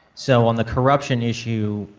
so on the corruption issue,